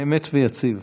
אמת ויציב.